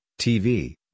TV